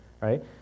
Right